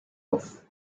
off